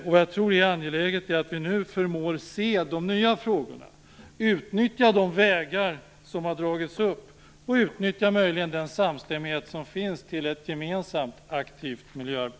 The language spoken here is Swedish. Jag tror att det är angeläget att vi nu förmår se de nya frågorna liksom att de vägar utnyttjas som har dragits upp och, möjligen, att den samstämmighet som finns utnyttjas för ett gemensamt aktivt miljöarbete.